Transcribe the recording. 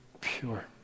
pure